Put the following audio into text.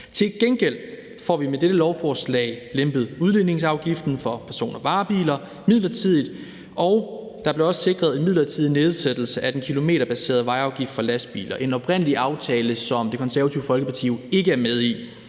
Til gengæld får vi med dette lovforslag lempet udligningsafgiften for person- og varebiler midlertidigt, og der bliver også sikret en midlertidig nedsættelse af den kilometerbaserede vejafgift for lastbiler. Det er en aftale, som Det Konservative Folkeparti oprindelig ikke er med i,